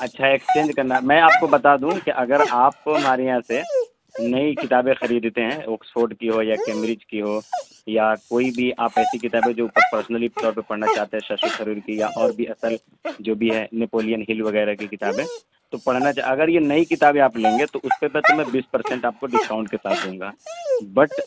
اچھا ایکسچینج کرنا ہے میں آپ کو بتادوں کہ اگر آپ ہمارے یہاں سے نئی کتابیں خریدتے ہیں آکسفورڈ کی ہو یا کیمبرج کی ہو یا کوئی بھی آپ ایسی کتابیں جو اوپر پرسنلی طور پر کتابیں پڑھنا چاہتے ہیں ششی تھرور کی یا اور بھی اصل جو بھی ہے نیپولین ہل وغیرہ کی کتابیں تو پڑھنا اگر یہ نئی کتابیں آپ لیں گے تو اس پہ تو میں بیس پرسینٹ آپ کو ڈسکاؤنٹ کے ساتھ دوں گا بٹ